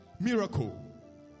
Miracle